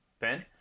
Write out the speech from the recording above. ben